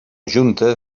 junta